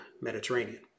Mediterranean